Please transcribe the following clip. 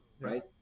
right